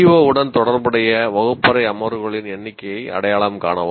CO உடன் தொடர்புடைய வகுப்பறை அமர்வுகளின் எண்ணிக்கையை அடையாளம் காணவும்